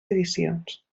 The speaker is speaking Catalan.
edicions